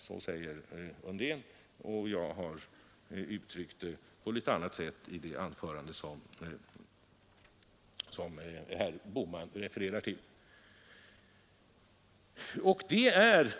Så säger herr Undén Jag har uttyckt samma sak med andra ord i det anförande som herr Bohman refererar till.